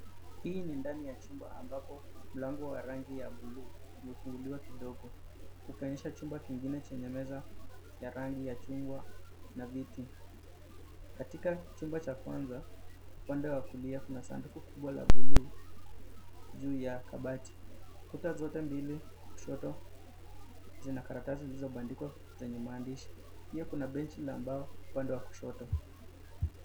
Hii ni ndani ya chumba ambapo mlango wa rangi ya bluu umefunguliwa kidogo ukionyesha chumba kingine chenye meza ya rangi ya chungwa na viti. Katika chumba cha kwanza upande wa kulia kuna sanduku kubwa la buluu juu ya kabati. Kuta zote mbili kushoto zina karatasi zilizobandikwa zenye maandishi. Pia kuna benchi la mbao upande wa kushoto.